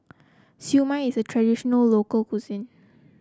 Siew Mai is a traditional local cuisine